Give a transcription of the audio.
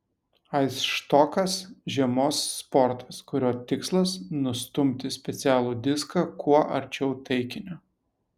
aisštokas žiemos sportas kurio tikslas nustumti specialų diską kuo arčiau taikinio